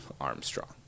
Armstrong